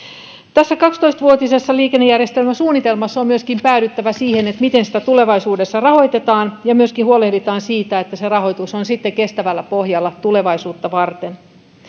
tässä kaksitoista vuotisessa liikennejärjestelmäsuunnitelmassa on myöskin päädyttävä siihen miten sitä tulevaisuudessa rahoitetaan ja myöskin huolehditaan siitä että se rahoitus on sitten kestävällä pohjalla tulevaisuutta varten